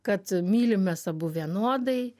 kad mylim mes abu vienodai